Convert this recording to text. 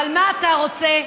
אבל מה אתה רוצה?